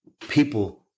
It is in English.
people